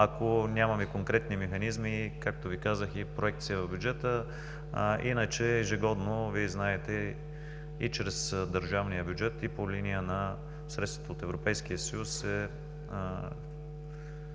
ако нямаме конкретни механизми, както Ви казах, и проекция в бюджета. Иначе ежегодно, Вие знаете, и чрез държавния бюджет, и по линия на средствата от Европейския съюз се